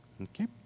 Okay